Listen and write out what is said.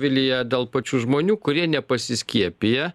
vilija dėl pačių žmonių kurie nepasiskiepiję